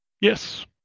Yes